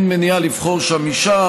ואין מניעה לבחור שם אישה,